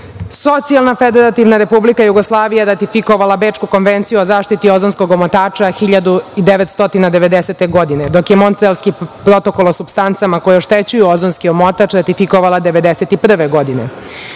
omotač. Socijalna Federativna Republika Jugoslavija ratifikovala je Bečku konvenciju o zaštiti ozonskog omotača 1990. godine, dok je Montrealski protokol o supstancama koje oštećuju ozonski omotač ratifikovala 1991.